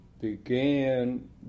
began